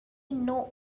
know